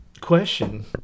Question